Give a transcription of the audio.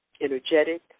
energetic